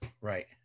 right